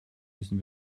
müssen